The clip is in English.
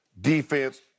Defense